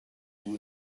you